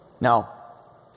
Now